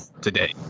today